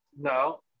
no